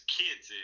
kids